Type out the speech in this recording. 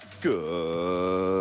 Good